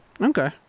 Okay